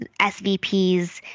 SVPs